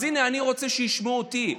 אז הינה, אני רוצה שישמעו אותי.